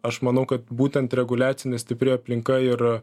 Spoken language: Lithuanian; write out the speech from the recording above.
aš manau kad būtent reguliacinė stipri aplinka ir